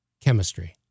Chemistry